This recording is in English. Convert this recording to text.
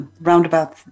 Roundabout